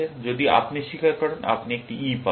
যদি আপনি স্বীকার করেন আপনি একটি E পাবেন